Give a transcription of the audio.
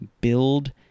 Build